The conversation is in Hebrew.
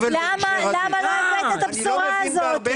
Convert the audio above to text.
למה לא הבאת את הבשורה הזאת?